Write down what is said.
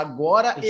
Agora